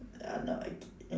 uh no okay